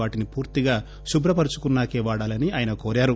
వాటిని పూర్తిగా శుభ్రపరచుకున్నాకే వాడాలని ఆయన కోరారు